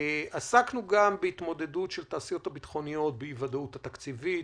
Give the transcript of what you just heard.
עסקנו גם בהתמודדות של התעשיות הביטחוניות באי-ודאות התקציבית,